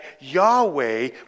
Yahweh